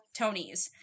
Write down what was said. Tonys